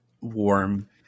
Warm